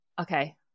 okay